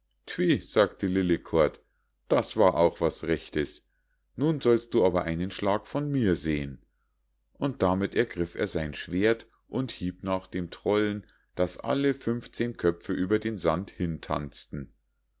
sagte lillekort das war auch was rechtes nun sollst du einen schlag von mir sehen und damit ergriff er sein schwert und hieb nach dem trollen so daß alle zehn köpfe über den sand hintanzten